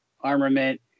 armament